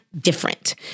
different